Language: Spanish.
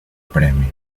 premio